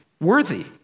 worthy